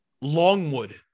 Longwood